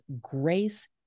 Grace